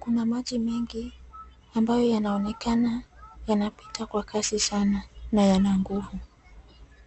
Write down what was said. Kuna maji mengi ambayo yanaonekana yanapita kwa kasi sana na yana nguvu.